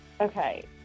Okay